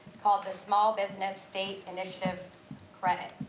called the small business state initiative credit,